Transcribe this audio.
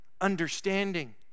understanding